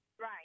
right